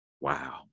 Wow